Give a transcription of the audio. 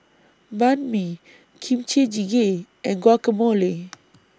Banh MI Kimchi Jjigae and Guacamole